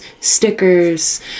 stickers